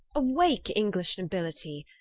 awake, english nobilitie,